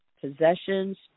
possessions